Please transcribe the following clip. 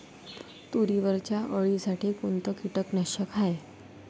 तुरीवरच्या अळीसाठी कोनतं कीटकनाशक हाये?